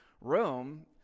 Rome